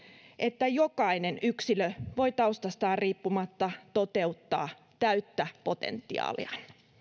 että jokainen yksilö voi taustastaan riippumatta toteuttaa täyttä potentiaaliaan